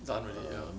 done already